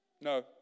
No